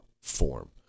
form